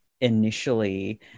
initially